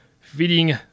Feeding